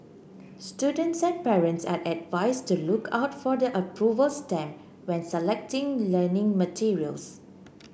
students and parents are advised to look out for the approval stamp when selecting learning materials